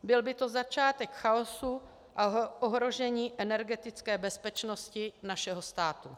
Byl by to začátek chaosu a ohrožení energetické bezpečnosti našeho státu.